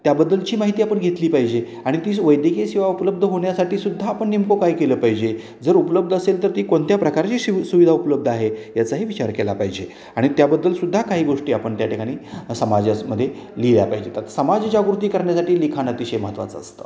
त्याबद्दलची माहिती आपण घेतली पाहिजे आणि तीच वैद्यकीय सेवा उपलब्ध होण्यासाठी सुद्धा आपण नेमकं काय केलं पाहिजे जर उपलब्ध असेल तर ती कोणत्या प्रकारची शि सुविधा उपलब्ध आहे याचाही विचार केला पाहिजे आणि त्याबद्दलसुद्धा काही गोष्टी आपण त्या ठिकाणी समाजामध्ये लिहिल्या पाहिजेत आता समाज जागृती करण्यासाठी हे लिखाण अतिशय महत्त्वाचं असतं